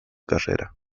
carrera